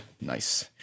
Nice